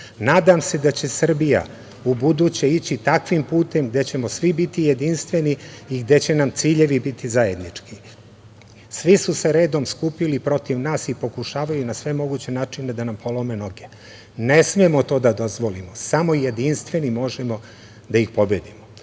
se da će Srbija ubuduće ići takvim putem gde ćemo svi biti jedinstveni i gde će nam ciljevi biti zajednički. Svi su se redom skupili protiv nas i pokušavaju na sve moguće načine da nam polome noge. Ne smemo to da dozvolimo, samo jedinstveni možemo da ih pobedimo. Što